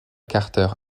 carter